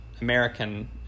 American